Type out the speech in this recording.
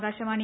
Akashvani